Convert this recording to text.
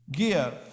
Give